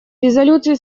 резолюции